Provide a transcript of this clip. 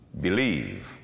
believe